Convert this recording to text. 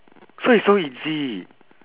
so it's so easy